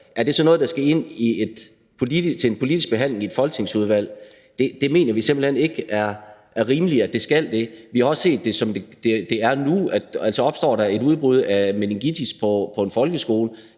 er det så noget, der skal ind til en politisk behandling i et folketingsudvalg? Det mener vi simpelt hen ikke er rimeligt det skal. Vi har også set på det, som det er nu. Opstår der et udbrud af meningitis på en folkeskole,